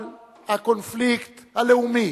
על הקונפליקט הלאומי,